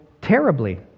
terribly